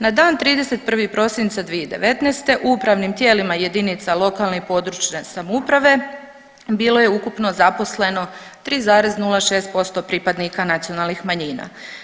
Na dan 31. prosinca 2019. u upravnim tijelima jedinica lokalne i područne samouprave bilo je ukupno zaposleno 3,06% pripadnika nacionalnih manjina.